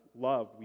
love